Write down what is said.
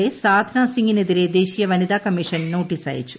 A Sadhna സിംഗിന് എതിരെ ദേശീയ വനിതാകമ്മീഷൻ നോട്ടീസയച്ചു